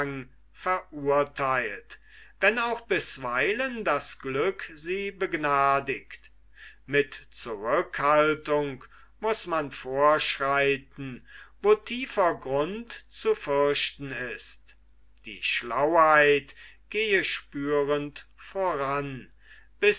verurtheilt wenn auch bisweilen das glück sie begnadigt mit zurückhaltung muß man vorschreiten wo tiefer grund zu fürchten ist die schlauheit gehe spürend voran